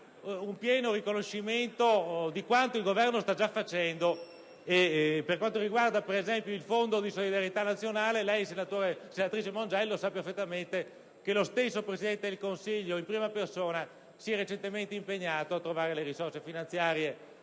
un pieno riconoscimento di quanto il Governo sta già facendo. Ad esempio, in merito al fondo di solidarietà nazionale, lei, senatrice Mongiello, sa perfettamente che lo stesso Presidente del Consiglio in prima persona si è recentemente impegnato a trovare le risorse finanziarie